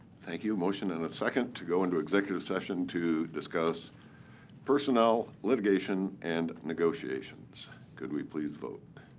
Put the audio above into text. thank you. motion and a second to go into executive session to discuss personnel, litigation, and negotiations. could we please vote.